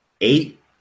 Eight